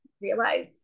realize